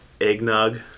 eggnog